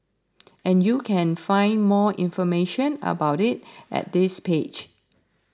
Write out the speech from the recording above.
and you can find more information about it at this page